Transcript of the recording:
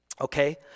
Okay